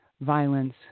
violence